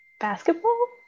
Basketball